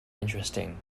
interesting